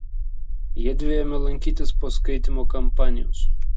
jiedvi ėmė lankytis po skaitymo kampanijos